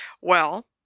Well